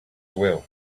well